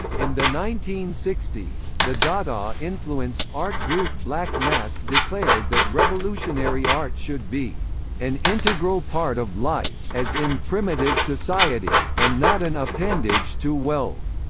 in the nineteen sixty s, the dada-influenced art group black mask declared that revolutionary art should be an integral part of life, as in primitive society, and not an appendage to wealth.